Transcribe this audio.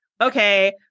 okay